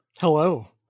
Hello